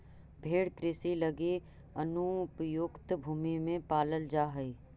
भेंड़ कृषि लगी अनुपयुक्त भूमि में पालल जा हइ